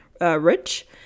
Rich